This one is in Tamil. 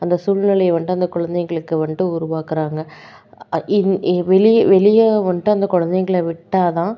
அந்த சூல்நிலைய வந்துட்டு அந்த குழந்தைங்களுக்கு வந்துட்டு உருவாக்குறாங்க இந் இ வெளியே வெளியே வந்துட்டு அந்த குலந்தைகள விட்டால் தான்